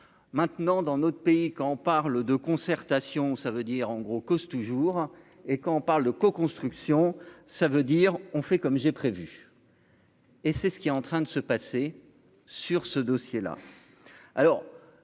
maintenant dans notre pays quand on parle de concertation, ça veut dire en gros : cause toujours et quand on parle de co-construction, ça veut dire on fait comme j'ai prévu. Et c'est ce qui est en train de se passer sur ce dossier là,